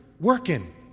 working